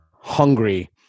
hungry